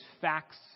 facts